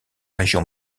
région